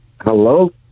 Hello